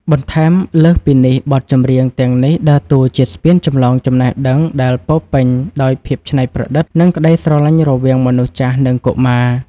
បន្ថែមលើសពីនេះ បទចម្រៀងទាំងនេះដើរតួជាស្ពានចម្លងចំណេះដឹងដែលពោរពេញដោយភាពច្នៃប្រឌិត និងក្ដីស្រឡាញ់រវាងមនុស្សចាស់ និងកុមារ។